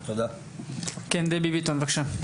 כן, דבי ביטון, בבקשה.